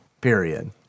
Period